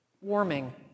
Warming